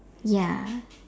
ya